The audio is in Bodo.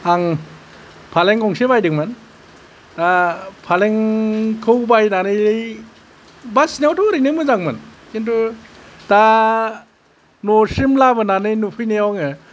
आं फालें गंसे बायदोंमोन ओह फालेंखौ बायनानै बासिनायावथ' ओरैनो मोजांमोन खिन्थु दा न'सिम लाबोनानै नुफैनायाव आङो